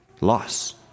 Loss